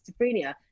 schizophrenia